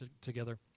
together